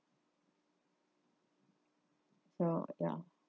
so ya